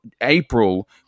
April